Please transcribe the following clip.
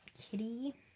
Kitty